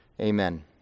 amen